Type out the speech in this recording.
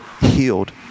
healed